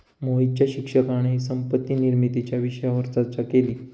मोहितच्या शिक्षकाने संपत्ती निर्मितीच्या विषयावर चर्चा केली